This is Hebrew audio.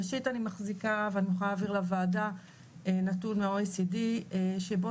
ראשית אני מחזיקה ואני מוכנה להעביר לוועדה נתון OECD שבו